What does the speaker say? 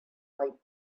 light